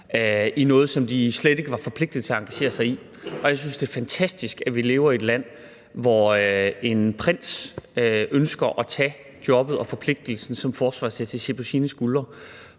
i noget, som de slet ikke var forpligtet til at engagere sig i. Jeg synes, det er fantastisk, at vi lever i et land, hvor en prins ønsker at tage jobbet og forpligtelsen som forsvarsattaché på sine skuldre,